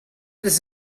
this